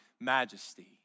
majesty